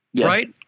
Right